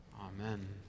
Amen